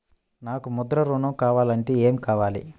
నాకు ముద్ర ఋణం కావాలంటే ఏమి కావాలి?